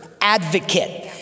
advocate